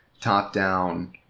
top-down